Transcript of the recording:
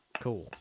cool